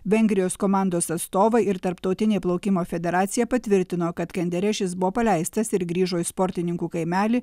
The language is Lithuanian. vengrijos komandos atstovai ir tarptautinė plaukimo federacija patvirtino kad kenderešis buvo paleistas ir grįžo į sportininkų kaimelį